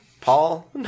Paul